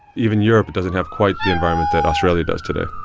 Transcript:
even europe doesn't have quite the environment that australia does today.